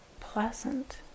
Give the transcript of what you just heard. pleasant